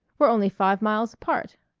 we're only five miles apart.